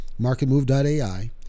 marketmove.ai